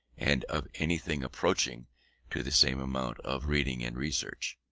and of anything approaching to the same amount of reading and research.